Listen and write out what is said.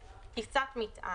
(1) טיסת מטען,